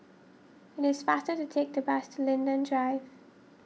it is faster to take the bus to Linden Drive